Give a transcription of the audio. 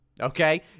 Okay